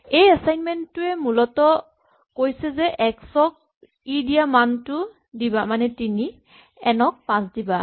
এই এচাইনমেন্ট টোৱে মূলতঃ কৈছে যে এক্স ক ই দিয়া মানটো দিবা মানে তিনি এন ক পাঁচ দিবা